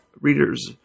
readers